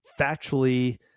factually